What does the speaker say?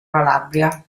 calabria